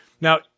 now